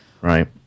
Right